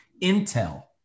Intel